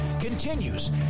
continues